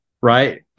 right